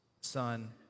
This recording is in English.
son